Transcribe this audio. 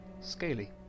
Scaly